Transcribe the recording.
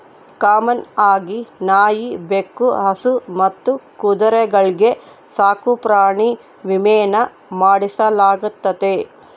common ಆಗಿ ನಾಯಿ, ಬೆಕ್ಕು, ಹಸು ಮತ್ತು ಕುದುರೆಗಳ್ಗೆ ಸಾಕುಪ್ರಾಣಿ ವಿಮೇನ ಮಾಡಿಸಲಾಗ್ತತೆ